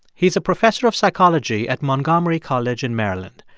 he's a professor of psychology at montgomery college in maryland.